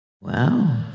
Wow